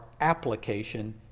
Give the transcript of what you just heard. application